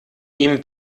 ihm